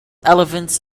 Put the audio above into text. elephants